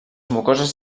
mucoses